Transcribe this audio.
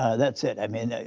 ah that's it. i mean,